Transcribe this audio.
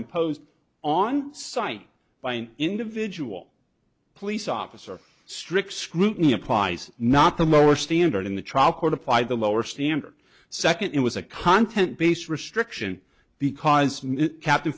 imposed on site by an individual police officer strict scrutiny applies not the mower standard in the trial court applied the lower standard second it was a content based restriction because captain